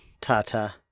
Tata